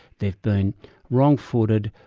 they've been wrong-footed,